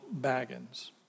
Baggins